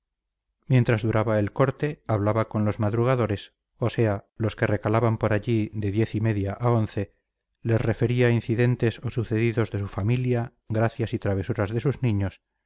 mientras duraba el corte hablaba con los madrugadores o sea los que recalaban por allí de diez y media a once les refería incidentes o sucedidos de su familia gracias y travesuras de sus niños